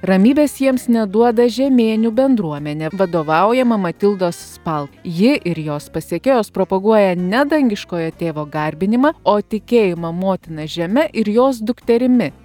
ramybės jiems neduoda žemėnių bendruomenė vadovaujama matildos spal ji ir jos pasekėjos propaguoja ne dangiškojo tėvo garbinimą o tikėjimą motina žeme ir jos dukterimi